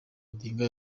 odinga